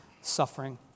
suffering